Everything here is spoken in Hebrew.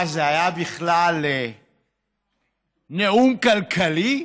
מה, זה היה בכלל נאום כלכלי?